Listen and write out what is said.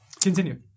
Continue